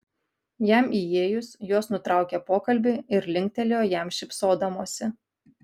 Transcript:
jam įėjus jos nutraukė pokalbį ir linktelėjo jam šypsodamosi